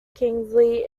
kingsley